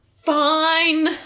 Fine